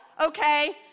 Okay